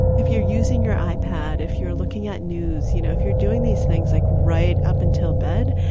if you're using your i-pad, if you're looking at news, you know, if you're doing these things like right up until bed,